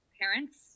parents